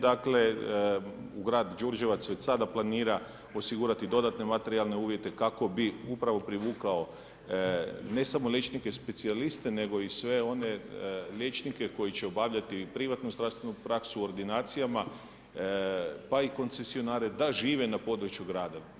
Dakle, u grad Đurđevac već sada planira osigurati dodatne materijalne uvjete kako bi upravo privukao, ne samo liječnike specijaliste, nego i sve one liječnike koji će obavljati privatnu zdravstvenu praksu u ordinacijama, pa i koncesionare da žive na području grada.